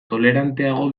toleranteago